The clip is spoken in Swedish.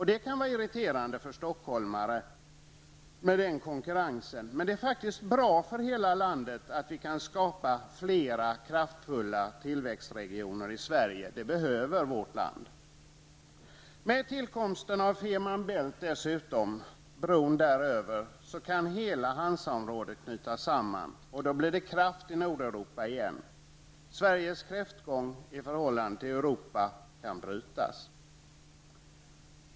Det kan vara irriterande för stockholmare att få den konkurrensen, men det är faktiskt bra för hela landet att vi kan skapa flera kraftfulla tillväxtregioner i Sverige. Det behöver vårt land. Med tillkomsten av bron över Femer Bælt kan hela Hansaområdet knytas samman, och då blir det kraft i Nordeuropa igen. Sveriges kräftgång i förhållande till övriga Europa kan brytas.